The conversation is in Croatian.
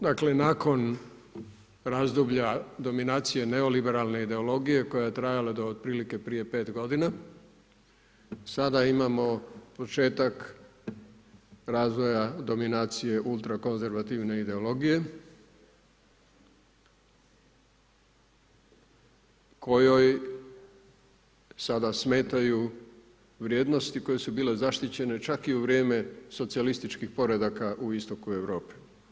Dakle nakon razdoblja dominacije neoliberalne ideologije koja je trajala do otprilike prije 5 godina sada imamo početak razvoja dominacije ultrakonzervativne ideologije kojoj sada smetaju vrijednosti koje su bile zaštićene čak i u vrijeme socijalističkih poredaka u istoku Europe.